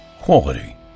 quality